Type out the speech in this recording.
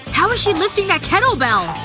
how is she lifting that kettlebell?